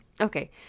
Okay